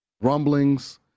rumblings